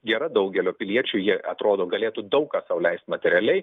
gera daugelio piliečių jie atrodo galėtų daug ką sau leist materialiai